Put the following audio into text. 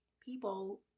people